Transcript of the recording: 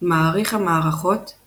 מעריך המערכות –